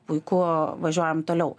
puiku važiuojam toliau